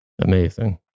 Amazing